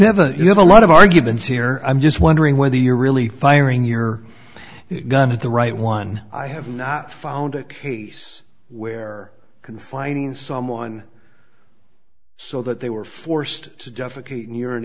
haven't you have a lot of arguments here i'm just wondering whether you're really firing your gun at the right one i have not found a case where confining someone so that they were forced to